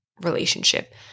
relationship